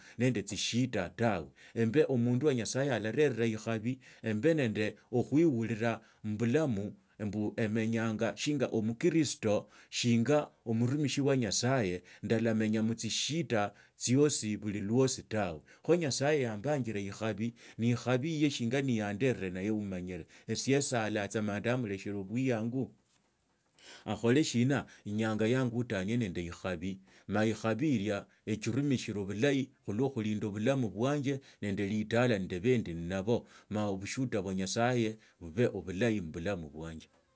Nende tsishida tawe, emba omundu wa nyasaye orarera ikhabi embei nende okhuiriraa mubulamo mbu emenyanga shinga omukiristo shinga omotumishi wa nyasaye ndalamenya mutsishida tsosi bulilwasi tawe kho nyasaye ombanjile ikhabi ne khabi yiye shinga niyandera niye umanyire esie saala tsa ma ndamuleshera bwiyangu okhole shina inyanga yangutanie nende ikhabi ma ikhabi ikia echirumisshila bulahi oluso khulinda bulamu bwanje nende litake nende bie ndii nabo ma bushuhuda bwa nyasaye bibe obulahi mubulamu bwanje